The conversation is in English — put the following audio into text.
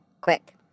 quick